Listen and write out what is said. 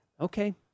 Okay